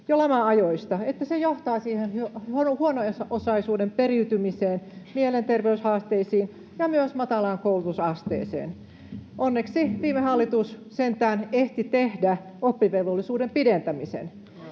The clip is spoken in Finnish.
kokevat köyhyyttä pitkään, se johtaa siihen huono-osaisuuden periytymiseen, mielenterveyshaasteisiin ja myös matalaan koulutusasteeseen. Onneksi viime hallitus sentään ehti tehdä oppivelvollisuuden pidentämisen.